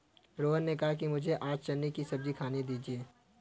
रोहन ने कहा कि मुझें आप चने की सब्जी खाने दीजिए